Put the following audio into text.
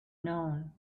known